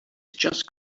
just